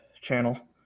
channel